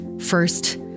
First